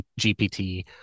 GPT